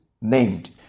named